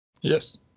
Yes